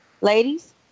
Ladies